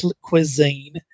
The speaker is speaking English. cuisine